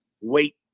Wait